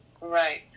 Right